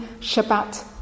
Shabbat